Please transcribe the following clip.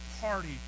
party